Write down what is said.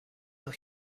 and